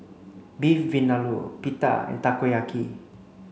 Beef Vindaloo Pita and Takoyaki